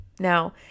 Now